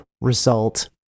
result